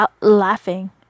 laughing